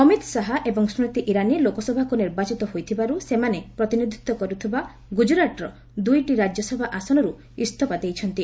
ଅମିତ୍ ଶାହା ଏବଂ ସ୍କୃତି ଇରାନୀ ଲୋକସଭାକୁ ନିର୍ବାଚିତ ହୋଇଥିବାରୁ ସେମାନେ ପ୍ରତିନିଧିତ୍ୱ କରୁଥିବା ଗୁଜରାଟ୍ର ଦୁଇଟି ରାଜ୍ୟସଭା ଆସନରୁ ଇଞ୍ଜଫା ଦେଇଛନ୍ତି